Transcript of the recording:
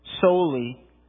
solely